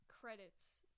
credits